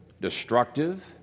destructive